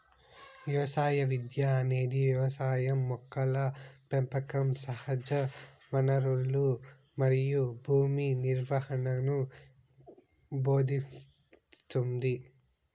వ్యవసాయ విద్య అనేది వ్యవసాయం మొక్కల పెంపకం సహజవనరులు మరియు భూమి నిర్వహణను భోదింస్తుంది